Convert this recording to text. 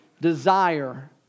desire